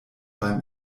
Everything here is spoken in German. beim